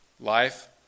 life